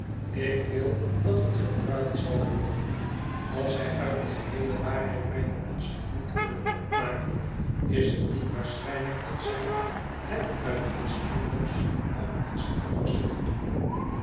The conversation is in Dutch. ik wil dat het gebruikt zal worden als zij uit de geheele waarheid mijne onschuld niet kunnen opmaken is het niet waarschijnlijk dat zij het uit iets minders of iets anders zullen doen